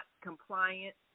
compliant